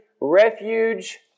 refuge